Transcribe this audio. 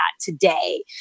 today